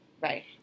Right